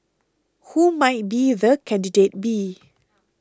who might be the candidate be